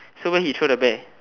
so where he throw the bear